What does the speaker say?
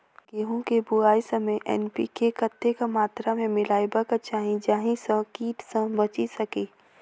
गेंहूँ केँ बुआई समय एन.पी.के कतेक मात्रा मे मिलायबाक चाहि जाहि सँ कीट सँ बचि सकी?